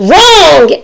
Wrong